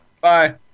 Bye